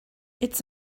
it’s